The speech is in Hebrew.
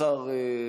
השר,